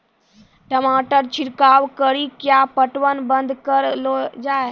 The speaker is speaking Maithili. टमाटर छिड़काव कड़ी क्या पटवन बंद करऽ लो जाए?